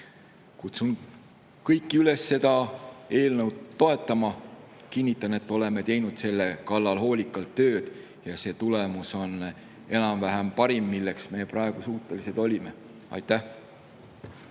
Kutsun kõiki üles seda eelnõu toetama. Kinnitan, et oleme teinud selle kallal hoolikalt tööd ja tulemus on enam-vähem parim, milleks me praegu suutelised oleme. Aitäh!